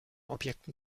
objekten